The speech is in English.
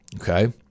okay